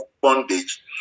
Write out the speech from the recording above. bondage